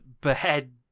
behead